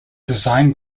design